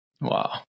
Wow